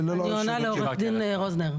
אני עונה לעו"ד רוזנר.